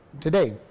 today